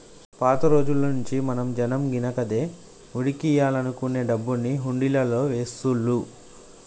పాత రోజుల్నుంచీ మన జనం గినక దేవుడికియ్యాలనుకునే డబ్బుని హుండీలల్లో వేస్తుళ్ళు